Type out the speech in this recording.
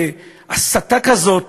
להסתה כזאת